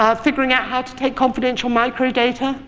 ah figuring out how to take confidential microdata,